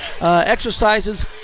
exercises